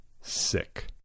Sick